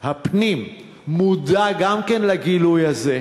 הפנים מודע גם כן לגילוי הזה,